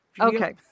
Okay